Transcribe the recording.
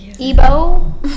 Ebo